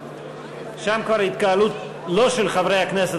שם כבר התקהלות לא של חברי הכנסת,